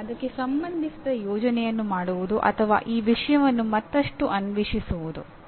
ಅದಕ್ಕೆ ಸಂಬಂಧಿಸಿದ ಯೋಜನೆಯನ್ನು ಮಾಡುವುದು ಅಥವಾ ಆ ವಿಷಯವನ್ನು ಮತ್ತಷ್ಟು ಅನ್ವೇಷಿಸುವುದು